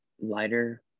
lighter